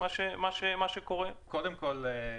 קודם כל,